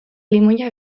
limoia